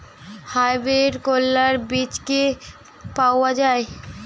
Hybrid করলার বীজ কি পাওয়া যায়?